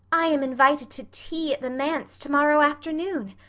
i am invited to tea at the manse tomorrow afternoon!